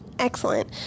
Excellent